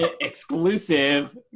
Exclusive